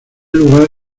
lugar